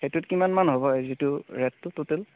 সেইটোত কিমানমান হ'ব সেইটো ৰে'টটো টোটেল